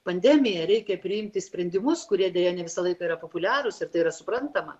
pandemija reikia priimti sprendimus kurie deja ne visą laiką yra populiarūs ir tai yra suprantama